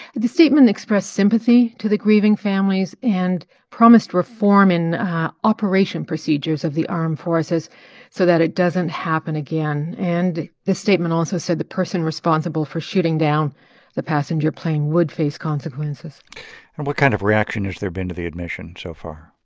the statement expressed sympathy to the grieving families and promised reform in operation procedures of the armed forces so that it doesn't happen again. and the statement also said the person responsible for shooting down the passenger plane would face consequences and what kind of reaction has there been to the admission so far?